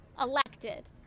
elected